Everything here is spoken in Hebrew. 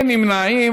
אין נמנעים.